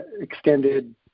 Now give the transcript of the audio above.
extended